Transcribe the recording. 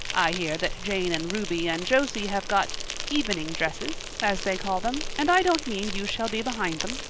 i hear that jane and ruby and josie have got evening dresses as they call them, and i don't mean you shall be behind them.